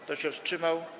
Kto się wstrzymał?